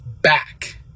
back